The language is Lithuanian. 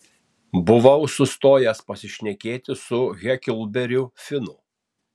buvau sustojęs pasišnekėti su heklberiu finu